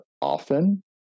often